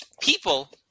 people